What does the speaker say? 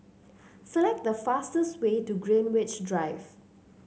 select the fastest way to Greenwich Drive